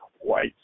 white